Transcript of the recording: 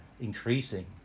increasing